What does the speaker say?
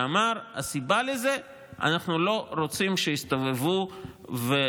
שאמר: הסיבה לזה היא שאנחנו לא רוצים שיסתובבו ולו